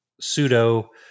pseudo